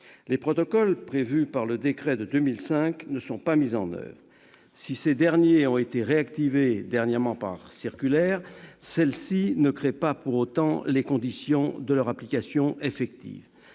Les protocoles prévus par le décret de 2005 ne sont pas mis en oeuvre ; ils ont été réactivés dernièrement par une circulaire, mais celle-ci ne crée pas pour autant les conditions de leur application effective.